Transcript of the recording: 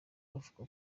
bavuga